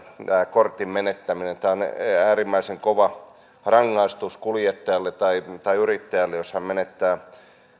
kortin menettäminen on äärimmäisen kova rangaistus kuljettajalle tai tai yrittäjälle jos hän menettää